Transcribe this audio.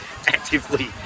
actively